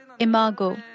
imago